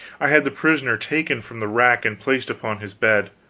i had the prisoner taken from the rack and placed upon his bed,